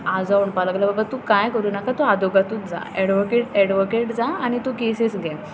आजो म्हणपाक लागलो बाबा तूं कांय करूनाका तूं आदवोगादूच जा एडवोकेट एडवोकेट जा आनी तूं केसीस घे